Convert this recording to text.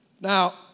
Now